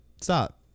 Stop